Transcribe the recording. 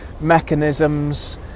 mechanisms